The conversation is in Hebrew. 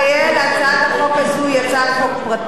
הצעת החוק הזאת היא הצעת חוק פרטית של חבר